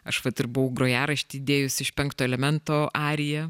aš vat ir buvau grojaraštį įdėjus iš penkto elemento ariją